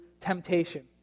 temptation